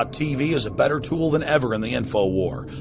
um tv is a better tool than ever in the infowar.